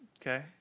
Okay